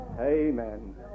amen